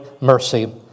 mercy